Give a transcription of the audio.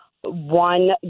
one